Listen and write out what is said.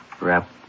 Wrap